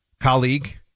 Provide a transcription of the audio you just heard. colleague